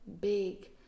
big